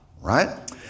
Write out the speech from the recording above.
right